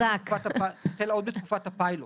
החלה עוד בתקופת הפיילוט,